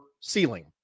ceiling